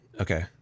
Okay